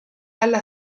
alla